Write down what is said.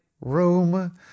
room